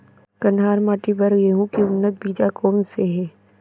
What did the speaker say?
कन्हार माटी बर गेहूँ के उन्नत बीजा कोन से हे?